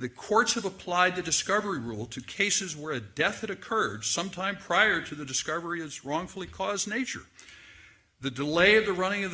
the courts have applied the discovery rule to cases where a death that occurred sometime prior to the discovery is wrongfully cause nature the delay of the running of